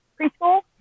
preschool